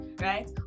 right